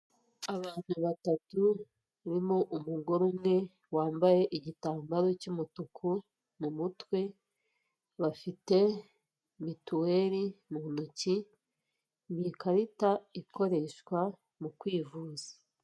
Abantu batatu barimo umugore umwe wambaye igitambaro cy'umutuku mumutwe bafite mituweri mu ntoki ni ikarita ikoreshwa mu kwivuza.